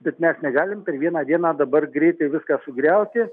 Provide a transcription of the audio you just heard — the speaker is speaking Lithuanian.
bet net negalim per vieną dieną dabar greitai viską sugriauti